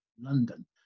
London